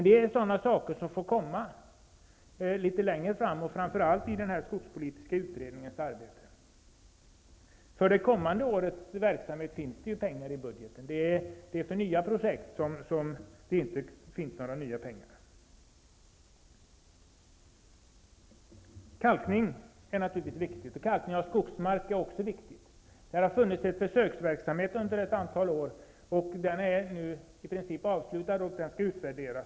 Det är saker som får tas upp litet längre fram, framför allt av den skogspolitiska utredningen. För det kommande årets verksamhet finns det pengar i budgeten. Det är för nya projekt som det inte finns några nya pengar. Kalkning är naturligtvis viktigt, och kalkning av skogsmark är också viktigt. Det har under ett antal år bedrivits en försöksverksamhet. Den är nu i princip avslutad och skall utvärderas.